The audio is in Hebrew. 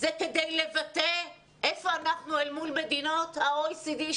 אלא זה כדי לבטא איפה אנחנו אל מול מדינות ה-OECD,